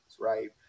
right